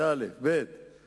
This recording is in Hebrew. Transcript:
דבר שני,